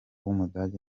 w’umudage